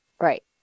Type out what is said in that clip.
right